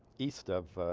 east of ah.